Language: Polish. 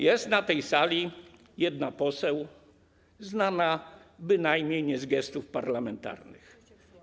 Jest na tej sali jedna poseł, znana bynajmniej nie z gestów parlamentarnych.